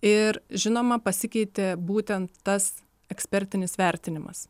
ir žinoma pasikeitė būtent tas ekspertinis vertinimas